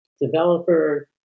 developer